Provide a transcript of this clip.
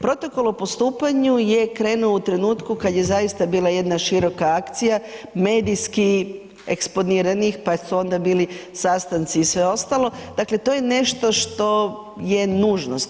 Protokol o postupanju je krenuo u trenutku kad je zaista bila jedna široka akcija, mesijski eksponiranih pa su onda bili sastanci i sve ostalo, dakle to je nešto što je nužnost.